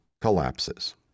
collapses